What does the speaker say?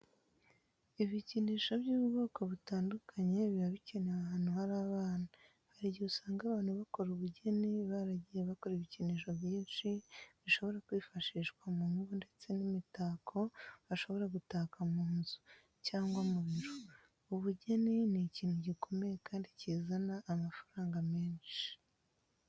Ibikinisho by'ubwoko butandukanye biba bikenewe ahantu hari abana. Hari igihe usanga abantu bakora ubugeni baragiye bakora ibikinisho byinshi bishobora kwifashishwa mu ngo ndetse n'imitako bashobora gutaka mu nzu cyangwa mu biro. Ubugeni ni ikintu gikomeye kandi cyizana amafaranga menshi.